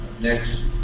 next